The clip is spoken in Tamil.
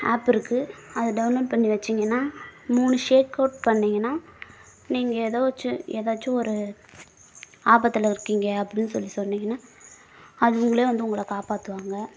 ஆப் இருக்குது அதை டவுன்லோட் பண்ணி வச்சிங்கன்னா மூணு ஷேக்அவுட் பண்ணீங்கன்னால் நீங்கள் எதோச்சி எதாச்சும் ஒரு ஆபத்தில் இருக்கீங்க அப்படின்னு சொல்லி சொன்னீங்கன்னால் அவங்களே வந்து உங்களை காப்பாற்றுவாங்க